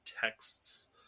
texts